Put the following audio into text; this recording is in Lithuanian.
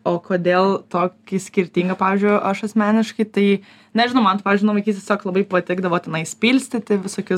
o kodėl tokį skirtingą pavyzdžiui aš asmeniškai tai nežinau man tai pavyzdžiui nuo vaikystės tiesiog labai patikdavo tenais pilstyti visokius